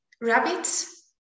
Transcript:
rabbits